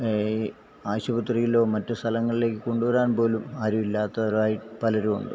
ഈ ആശുപത്രിയിലോ മറ്റു സ്ഥലങ്ങളിലേക്ക് കൊണ്ടുവരാൻ പോലും ആരും ഇല്ലാത്തവരായി പലരും ഉണ്ട്